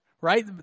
right